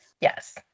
Yes